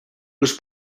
was